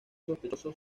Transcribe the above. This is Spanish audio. sospechosos